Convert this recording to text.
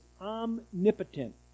omnipotent